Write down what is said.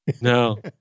No